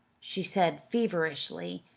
she said feverishly